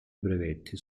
brevetti